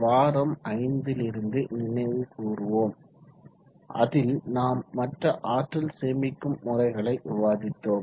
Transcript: வாரம் 5 லிருந்து நினைவு கூர்வோம் அதில் நாம் மற்ற ஆற்றல் சேமிக்கும் முறைகளை விவாதித்தோம்